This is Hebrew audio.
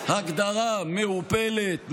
הגדרה מעורפלת,